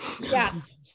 Yes